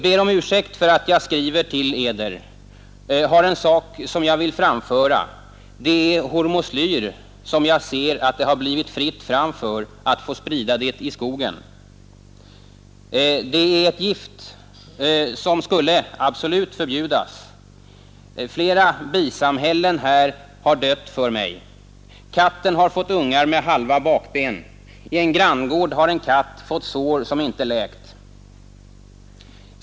”Ber om ursäkt för att jag skriver till Eder, har en sak som jag vill framföra. Det är hormoslyr som jag ser att det har blivit fritt fram för, att få sprida det i skogen. Det är ett gift som skulle absolut förbjudas, flera bisamhällen har dött för mig. Katten har fått ungar med halva bakben, i en granngård har en katt fått sår som inte läkt.